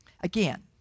again